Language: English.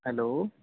hello